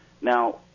Now